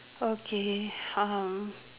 okay